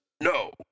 No